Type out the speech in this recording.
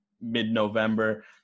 mid-november